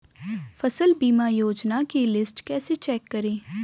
फसल बीमा योजना की लिस्ट कैसे चेक करें?